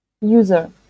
user